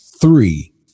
three